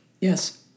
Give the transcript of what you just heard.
Yes